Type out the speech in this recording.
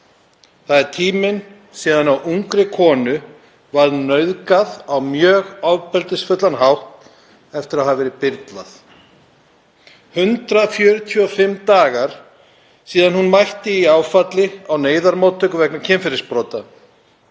Það er tíminn síðan ungri konu var nauðgað á mjög ofbeldisfullan hátt eftir að hafa verið byrlað. 145 dagar síðan hún mætti í áfalli á neyðarmóttöku vegna kynferðisbrota.